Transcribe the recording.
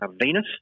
venus